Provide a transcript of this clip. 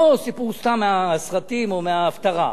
לא סיפור סתם מהסרטים או מההפטרה.